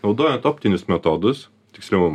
naudojant optinius metodus tiksliau